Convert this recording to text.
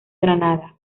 granada